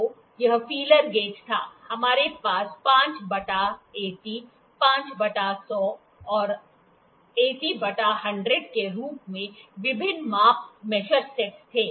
तो यह feeler gauge था हमारे पास 5 बटा 80 5 बटा 100 और 80 बटा 100 के रूप में विभिन्न माप सेट थे